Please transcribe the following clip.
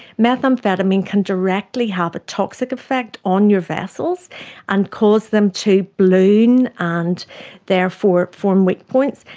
methamphetamine can directly have a toxic effect on your vessels and cause them to balloon and therefore form weak points.